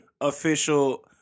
official